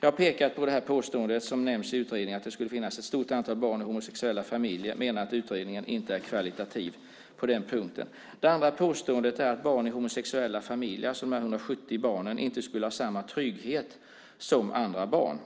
Jag har pekat på påståendet i utredningen att det skulle finnas ett stort antal barn i homosexuella familjer och menar att utredningen inte är högkvalitativ på den punkten. Det andra påståendet är att barn i homosexuella familjer, dessa 170 barn, inte skulle ha samma trygghet som andra barn.